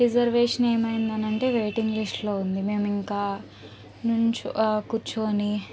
reservation ఎమైందనంటే waiting list లో ఉంది మేమింకా నుంచు కుర్చోని